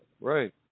Right